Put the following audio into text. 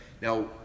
now